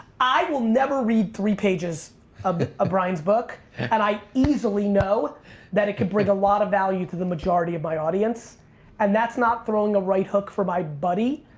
i will never read three pages of brian's book and i easily know that it could bring a lot of value to the majority of my audience and that's not throwing a right hook for my buddy.